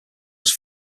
was